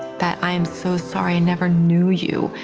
that i'm so sorry i never knew you,